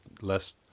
less